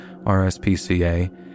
RSPCA